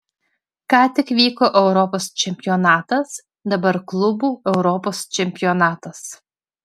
ką tik vyko europos čempionatas dabar klubų europos čempionatas